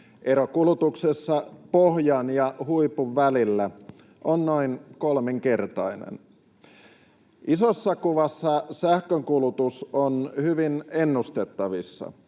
Ero kulutuksessa pohjan ja huipun välillä on noin kolminkertainen. Isossa kuvassa sähkönkulutus on hyvin ennustettavissa.